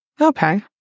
Okay